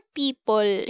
people